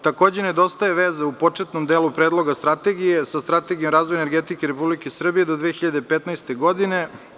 Takođe, nedostaje veza u početnom delu predloga strategije sa Strategijom razvoja energetike RS do 2015. godine.